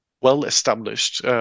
well-established